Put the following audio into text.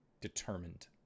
determined